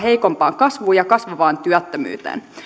heikompaan kasvuun ja kasvavaan työttömyyteen